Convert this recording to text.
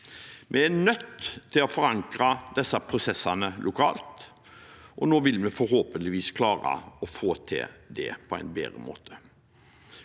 Vi er nødt til å forankre disse prosessene lokalt. Nå vil vi forhåpentligvis klare å få det til på en bedre måte,